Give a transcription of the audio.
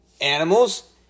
animals